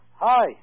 Hi